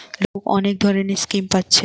লোক অনেক ধরণের স্কিম পাচ্ছে